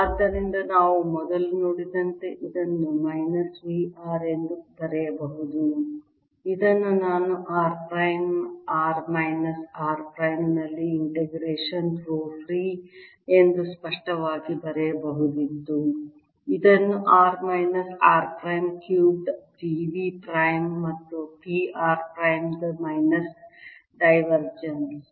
ಆದ್ದರಿಂದ ನಾವು ಮೊದಲೇ ನೋಡಿದಂತೆ ಇದನ್ನು ಮೈನಸ್ V r ಎಂದು ಬರೆಯಬಹುದು ಇದನ್ನು ನಾನು r prime r minus r ಪ್ರೈಮ್ನಲ್ಲಿ ಇಂಟಿಗ್ರೇಷನ್ ರೋ ಫ್ರೀ ಎಂದು ಸ್ಪಷ್ಟವಾಗಿ ಬರೆಯಬಹುದಿತ್ತು ಇದನ್ನು r minus r prime cubed d v prime ಮತ್ತು P r ಪ್ರೈಮ್ ದ ಮೈನಸ್ ಡೈವರ್ಜೆನ್ಸ್